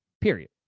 period